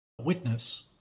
witness